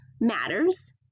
matters